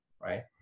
right